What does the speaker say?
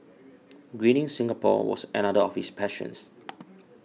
greening Singapore was another of his passions